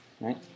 Right